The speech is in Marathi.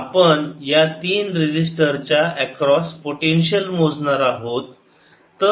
आपण या तीन रेसिस्टर च्या एक्रॉस पोटेन्शियल मोजणार आहोत